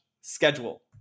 schedule